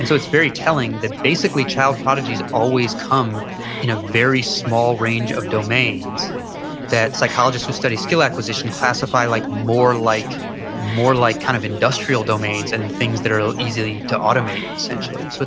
so it's very telling that basically child prodigies always come in a very small range of domains that psychologists who study skill acquisition classify like more like more like kind of industrial domains and things that are easily to automate essentially. so